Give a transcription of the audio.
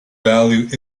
value